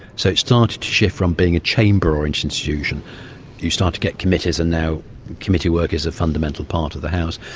so it started to shift from being a chamber oriented institution you start to get committees and now committee work is a fundamental part of the house.